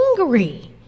angry